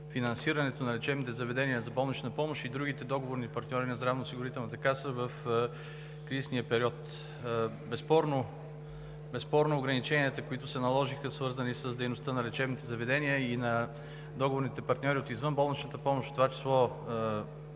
на лечебните заведения за болнична помощ и другите договорни партньори на Здравноосигурителната каса в кризисния период. Безспорно ограниченията, които се наложиха, свързани с дейността на лечебните заведения и на договорните партньори от извънболничната помощ, в това число